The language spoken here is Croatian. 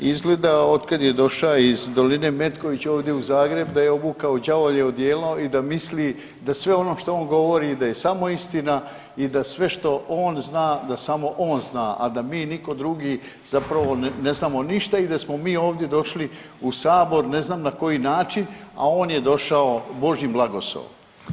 Izgleda od kad je doša iz doline Metkovića ovdje u Zagreb da je obukao đavolje odijelo i da misli da sve ono što on govori da je samo istina i da sve što on zna da samo on zna, a da mi nitko drugi zapravo ne znamo ništa i da smo mi ovdje došli u Sabor ne znam na koji način, a on je došao božjim blagoslovom.